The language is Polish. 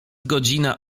godzina